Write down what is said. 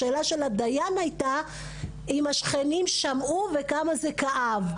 השאלה של הדיין הייתה אם השכנים שמעו וכמה זה כאב.